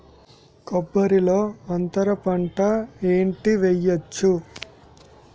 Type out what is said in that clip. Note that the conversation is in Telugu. కొబ్బరి లో అంతరపంట ఏంటి వెయ్యొచ్చు?